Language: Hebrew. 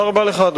תודה רבה לך,